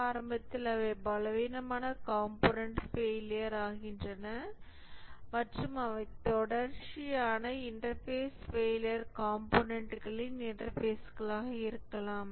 ஆரம்பத்தில் அவை பலவீனமான கம்போனன்ட் ஃபெயிலியர் ஆகின்றது மற்றும் அவை தொடர்ச்சியான இன்டர்பேஸ் ஃபெயிலியர் கம்போனன்ட்களின் இன்டர்பேஸ்களாக இருக்கலாம்